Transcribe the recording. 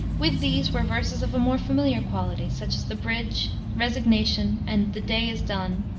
with these were verses of a more familiar quality, such as the bridge, resignation, and the day is done,